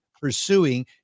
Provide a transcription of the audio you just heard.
pursuing